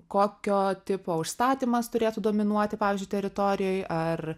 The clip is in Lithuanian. kokio tipo užstatymas turėtų dominuoti pavyzdžiui teritorijoj ar